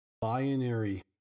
binary